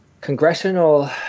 congressional